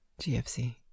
GFC